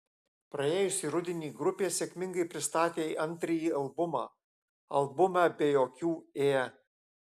praėjusį rudenį grupė sėkmingai pristatė antrąjį albumą albumą be jokių ė